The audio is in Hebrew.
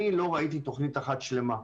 אני לא ראיתי תוכנית אחת שלמה.